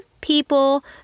people